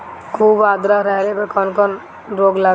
खुब आद्रता रहले पर कौन कौन रोग लागेला?